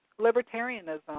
Libertarianism